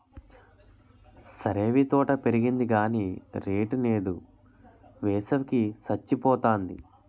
సరేవీ తోట పెరిగింది గాని రేటు నేదు, వేసవి కి సచ్చిపోతాంది